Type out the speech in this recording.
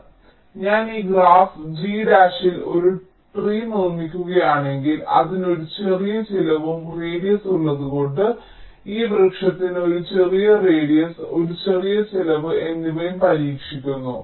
അതിനാൽ ഞാൻ ഈ ഗ്രാഫ് G ഡാഷിൽ ഒരു ട്രീ നിർമ്മിക്കുകയാണെങ്കിൽ അതിന് ഒരു ചെറിയ ചിലവും റേഡിയസ് ഉള്ളതുകൊണ്ട് ഈ വൃക്ഷത്തിന് ഒരു ചെറിയ റേഡിയസ് ഒരു ചെറിയ ചിലവ് എന്നിവയും പ്രതീക്ഷിക്കുന്നു